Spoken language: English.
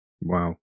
wow